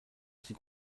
qui